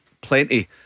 plenty